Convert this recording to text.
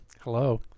Hello